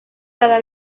cada